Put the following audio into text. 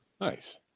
Nice